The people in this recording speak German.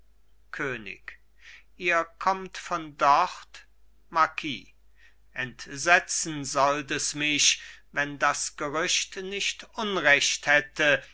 könig ihr kommt von dort marquis entsetzen sollt es mich wenn das gerücht nicht unrecht hätte